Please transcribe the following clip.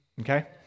okay